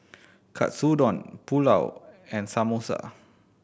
Katsudon Pulao and Samosa